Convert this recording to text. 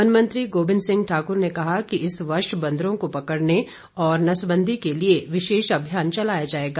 वनमंत्री गोबिंद सिंह ठाकुर ने कहा कि इस वर्ष बंदरों को पकड़ने और नसबंदी के लिए विशेष अभियान चलाया जाएगा